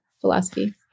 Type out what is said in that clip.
philosophy